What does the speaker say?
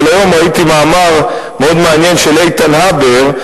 אבל היום ראיתי מאמר מאוד מעניין של איתן הבר,